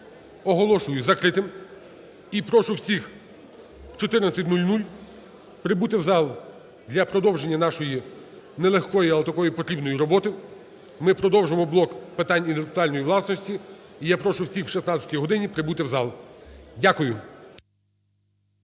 оголошую закритим. І прошу всіх о 14:00 прибути в зал для продовження нашої нелегкої, але такої потрібної роботи. Ми продовжимо блок питань інтелектуальної власності. І я прошу всіх о 16 годині прибути в зал. Дякую.